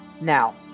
Now